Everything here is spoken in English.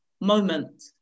moment